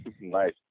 Nice